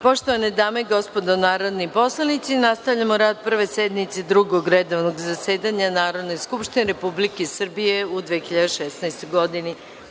Poštovane dame i gospodo narodni poslanici, nastavljamo rad Prve sednice Drugog redovnog zasedanja Narodne skupštine Republike Srbije u 2016. godini. Na